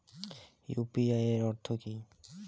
UPI এর অর্থ কি?